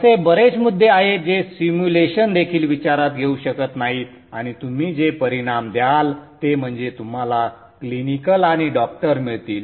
असे बरेच मुद्दे आहेत जे सिम्युलेशन देखील विचारात घेऊ शकत नाहीत आणि तुम्ही जे परिणाम द्याल ते म्हणजे तुम्हाला क्लिनिकल आणि डॉक्टर मिळतील